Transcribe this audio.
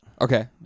Okay